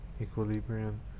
equilibrium